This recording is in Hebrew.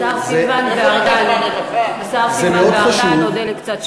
השרים סילבן וארדן, נודה על קצת שקט.